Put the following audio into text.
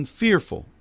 fearful